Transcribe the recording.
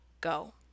go